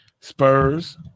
Spurs